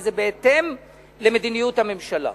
וזה בהתאם למדיניות הממשלה.